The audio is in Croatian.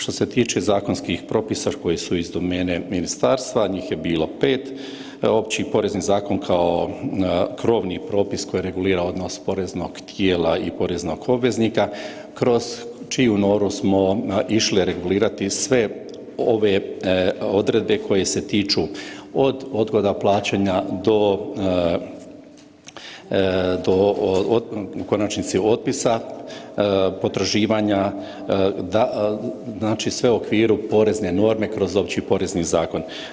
Što se tiče zakonskih propisa koji su iz domene ministarstva, njih je bilo pet, Opći porezni zakon kao krovni propis koji regulira odnos poreznog tijela i poreznog obveznika kroz čiju … smo išli regulirati sve ove odredbe koje se tiču od odgoda plaćanja do u konačnici otpisa potraživanja sve u okviru porezne norme kroz Opći porezni zakon.